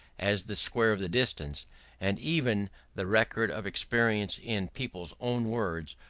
as the square of the distance and even the record of experience in people's own words,